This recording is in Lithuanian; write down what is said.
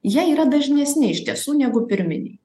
jie yra dažnesni iš tiesų negu pirminiai